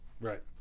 Right